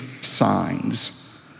signs